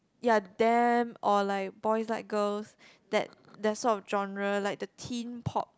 ya damn or like boys like girls that that sort of genre like the teen pop